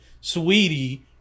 Sweetie